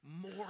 more